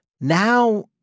Now